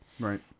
Right